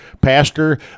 Pastor